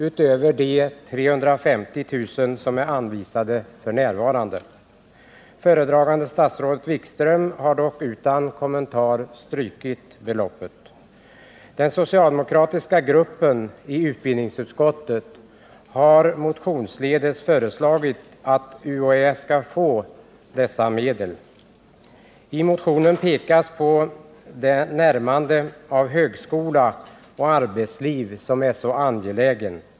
utöver de 350 000 som är anvisade f. n. Föredragande statsrådet Jan-Erik Wikström har dock utan kommentarer strukit beloppet. Den socialdemokratiska gruppen i utbildningsutskottet har motionsledes föreslagit att UHÄ skall få dessa medel. I motionen 1323 pekas på det närmande av högskola och arbetsliv till varandra som är så angelägen.